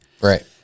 Right